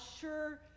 sure